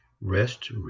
Rest